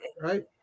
Right